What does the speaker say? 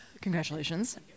Congratulations